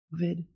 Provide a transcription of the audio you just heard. COVID